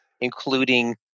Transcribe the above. including